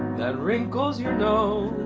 that wrinkles your nose